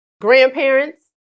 grandparents